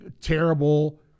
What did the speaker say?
terrible